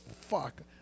fuck